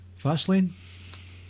Fastlane